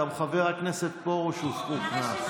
גם חבר הכנסת פרוש הוכנס.